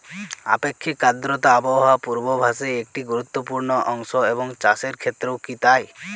আপেক্ষিক আর্দ্রতা আবহাওয়া পূর্বভাসে একটি গুরুত্বপূর্ণ অংশ এবং চাষের ক্ষেত্রেও কি তাই?